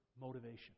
motivation